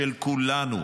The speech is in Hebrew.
של כולנו,